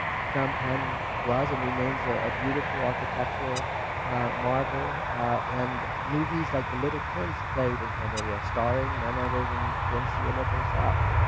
phnom penh was and remains a beautiful architectural marvel and movies like the little prince played in cambodia starring none other than prince sihanouk himself.